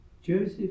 Joseph